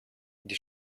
die